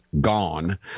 gone